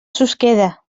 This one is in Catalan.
susqueda